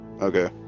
Okay